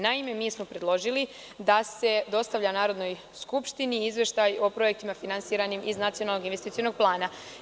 Naime, mi smo predložili da se dostavlja Narodnoj skupštini izveštaj o projektima finansiranim iz Nacionalnog investicionog plana.